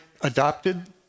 adopted